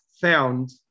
found